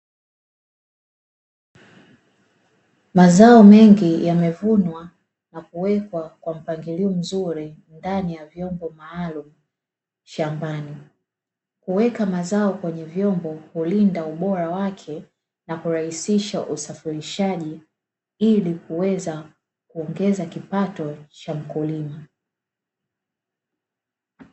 Mazao mengi yamevunwa na kuwekwa kwa mpangilio mzuri ndani ya vyombo maalumu shambani, kuweka mazao kwenye vyombo hulinda ubora wake na kurahisisha usafirishaji ili kuweza kuongeza kipato cha mkulima.